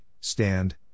stand